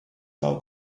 now